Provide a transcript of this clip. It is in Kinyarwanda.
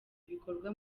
ibikorwa